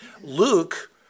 Luke